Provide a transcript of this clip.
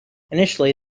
initially